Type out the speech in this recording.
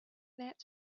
that